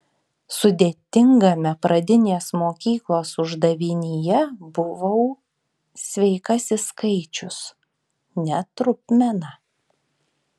sudėtingame pradinės mokyklos uždavinyje buvau sveikasis skaičius ne trupmena